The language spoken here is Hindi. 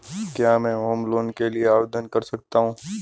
क्या मैं होम लोंन के लिए आवेदन कर सकता हूं?